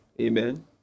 Amen